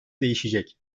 değişecek